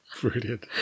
Brilliant